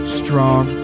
strong